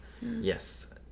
Yes